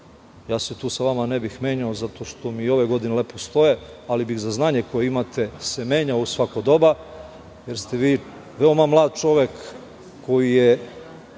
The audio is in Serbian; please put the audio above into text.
ja se tu sa vama ne bih menjao, zato što mi ove godine lepo stoje, ali bih za znanje koje imate se menjao u svako doba. Vi ste veoma mlad čovek koji je